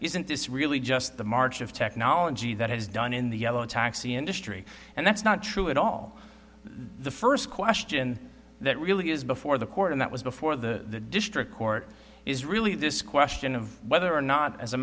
isn't this really just the march of technology that is done in the yellow taxi industry and that's not true at all the first question that really is before the court and that was before the district court is really this question of whether or not as a